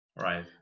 Right